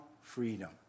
freedom